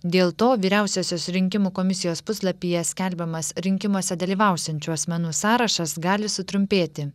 dėl to vyriausiosios rinkimų komisijos puslapyje skelbiamas rinkimuose dalyvausiančių asmenų sąrašas gali sutrumpėti